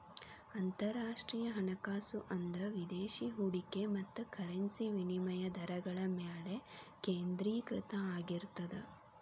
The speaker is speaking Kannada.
ಅಂತರರಾಷ್ಟ್ರೇಯ ಹಣಕಾಸು ಅಂದ್ರ ವಿದೇಶಿ ಹೂಡಿಕೆ ಮತ್ತ ಕರೆನ್ಸಿ ವಿನಿಮಯ ದರಗಳ ಮ್ಯಾಲೆ ಕೇಂದ್ರೇಕೃತ ಆಗಿರ್ತದ